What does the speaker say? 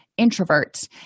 introverts